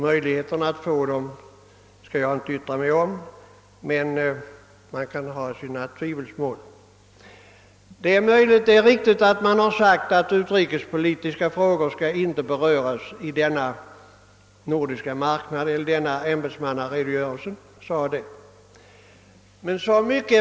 Möjligheten att få till stånd sådana lager skall jag inte yttra mig om, men man kan ha sina tvivel i detta avseende. Det är möjligt att man i ämbetsmannaredogörelsen uttalat att utrikespolitiska frågor inte skall beröras i samband med den nordiska marknaden.